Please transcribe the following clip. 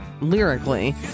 lyrically